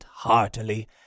heartily